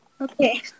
Okay